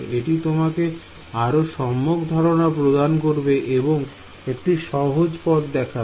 এটি তোমাকে আরো সম্যক ধারণা প্রদান করবে এবং একটি সহজ পথ দেখাবে